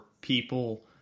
people